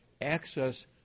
access